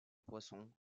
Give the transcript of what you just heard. poisson